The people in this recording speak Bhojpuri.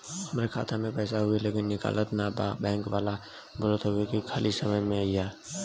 हमार खाता में पैसा हवुवे लेकिन निकलत ना बा बैंक वाला बोलत हऊवे की खाली समय में अईहा